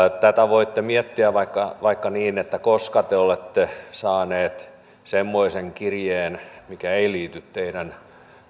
tätä voitte miettiä vaikka vaikka niin että koska te olette viimeksi saaneet semmoisen kirjeen mikä ei liity teidän